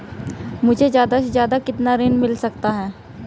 मुझे ज्यादा से ज्यादा कितना ऋण मिल सकता है?